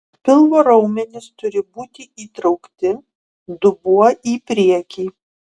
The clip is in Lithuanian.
pilvo raumenys turi būti įtraukti dubuo į priekį